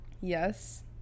yes